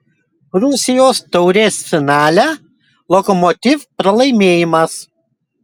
rusijos taurės finale lokomotiv pralaimėjimas